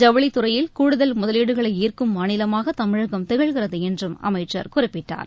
ஜவுளித் துறையில் கூடுதல் முதலீடுகளை ஈர்க்கும் மாநிலமாக தமிழகம் திகழ்கிறது என்றும் அமைச்சர் குறிப்பிட்டார்